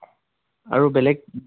আৰু বেলেগ